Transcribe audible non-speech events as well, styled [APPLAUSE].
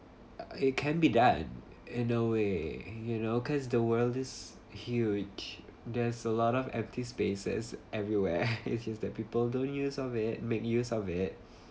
uh it can be done in a way you know cause the world is huge there's a lot of empty spaces everywhere [LAUGHS] it is the people don't use of it make use of it